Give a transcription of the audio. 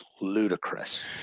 ludicrous